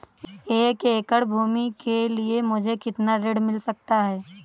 एक एकड़ भूमि के लिए मुझे कितना ऋण मिल सकता है?